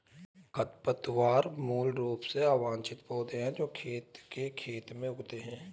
खरपतवार मूल रूप से अवांछित पौधे हैं जो खेत के खेत में उगते हैं